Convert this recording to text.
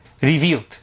revealed